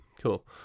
cool